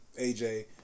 AJ